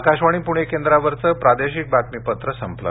आकाशवाणी प्णे केंद्रावरचं प्रादेशिक बातमीपत्र संपलं